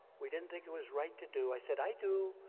we didn't think it was right to do. i said, i do.